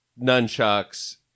nunchucks